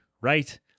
right